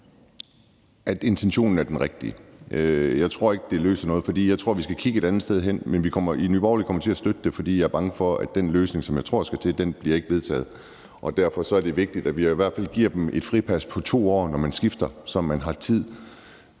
at intentionen er den rigtige. Jeg tror ikke, det løser noget, for jeg tror, vi skal kigge et andet sted hen, men i Nye Borgerlige kommer vi til at støtte det, for jeg er bange for, at den løsning, som jeg tror der skal til, ikke bliver vedtaget, og derfor er det vigtigt, at vi i hvert fald giver dem et fripas på 2 år, når man skifter, så man har tid,